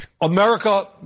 America